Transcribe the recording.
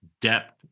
depth